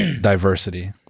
diversity